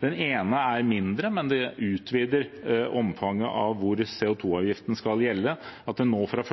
Den ene er mindre, men den utvider omfanget av hvor CO 2 -avgiften skal gjelde. Fra 1.